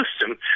system